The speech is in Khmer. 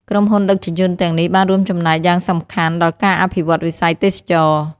ក្រុមហ៊ុនដឹកជញ្ជូនទាំងនេះបានរួមចំណែកយ៉ាងសំខាន់ដល់ការអភិវឌ្ឍវិស័យទេសចរណ៍។